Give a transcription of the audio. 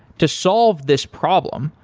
to solve this problem,